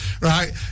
right